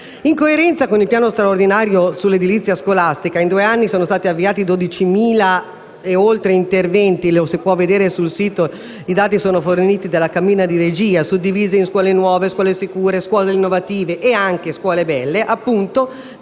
In coerenza con il piano straordinario sull'edilizia scolastica, in due anni sono stati avviati oltre 12.000 interventi - come si può vedere sul sito, e i dati sono forniti dalla cabina di regia - suddivisi in scuole nuove, scuole sicure, scuole innovative e scuole belle. Il